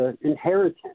inheritance